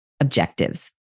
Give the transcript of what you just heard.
objectives